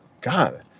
God